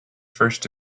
first